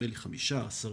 נדמה לי חמישה או עשרה,